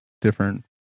different